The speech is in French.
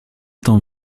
temps